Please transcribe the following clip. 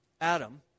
Adam